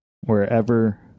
wherever